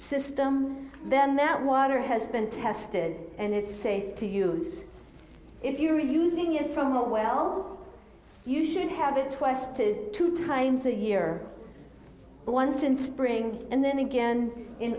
system then that water has been tested and it's safe to use if you're using it from a well you should have it twice to two times a year but once in spring and then again in